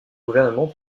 gouvernement